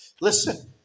listen